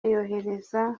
yohereza